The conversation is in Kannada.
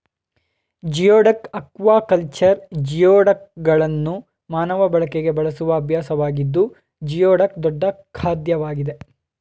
ಜಿಯೋಡಕ್ ಅಕ್ವಾಕಲ್ಚರ್ ಜಿಯೋಡಕ್ಗಳನ್ನು ಮಾನವ ಬಳಕೆಗೆ ಬೆಳೆಸುವ ಅಭ್ಯಾಸವಾಗಿದ್ದು ಜಿಯೋಡಕ್ ದೊಡ್ಡ ಖಾದ್ಯವಾಗಿದೆ